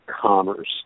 Commerce